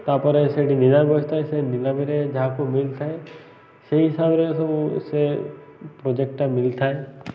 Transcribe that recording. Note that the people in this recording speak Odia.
ତାପରେ ସେଠି ନିଲାମ ବସିଥାଏ ସେ ନିିଲାମରେ ଯାହାକୁ ମଳିିଥାଏ ସେଇ ହିସାବରେ ସବୁ ସେ ପ୍ରୋଜେକ୍ଟଟା ମଳିିଥାଏ